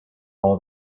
all